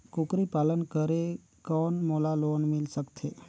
कूकरी पालन करे कौन मोला लोन मिल सकथे?